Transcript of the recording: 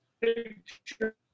picture